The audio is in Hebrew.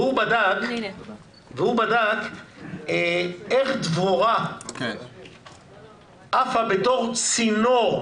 והוא בדק איך דבורה עפה בתוך צינור,